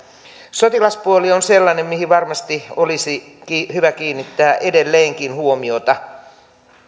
sotilaspuoli on sellainen mihin varmasti olisi hyvä kiinnittää edelleenkin huomiota